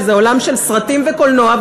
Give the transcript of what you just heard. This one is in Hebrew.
שזה עולם של סרטים וקולנוע,